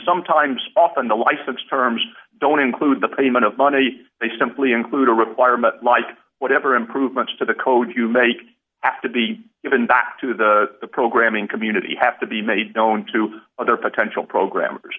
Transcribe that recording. sometimes often the license terms don't include the payment of money they simply include a requirement like whatever improvements to the code you make have to be given back to the programming community have to be made known to other potential programmers